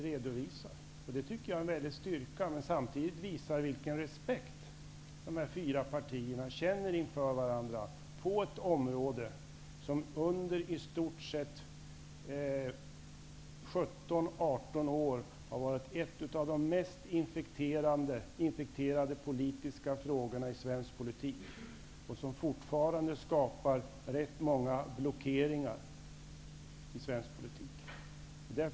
Det tycker jag, som sagt, är en väldig styrka. Samtidigt visar man vilken respekt som de fyra regeringspartierna har för varandra på ett område som under i stort sett 17-- 18 år har varit ett av de mest infekterade i svensk politik. Fortfarande blir det rätt många blockeringar i svensk politik i detta sammanhang.